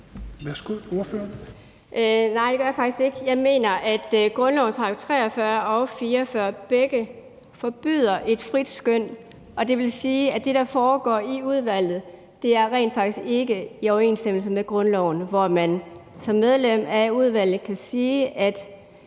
Nej, det gør jeg faktisk ikke. Jeg mener, at grundlovens § 43 og 44 begge forbyder et frit skøn, og det vil sige, at det, der foregår i udvalget, rent faktisk ikke er i overensstemmelse med grundloven, hvor man som medlem af udvalget kan sige: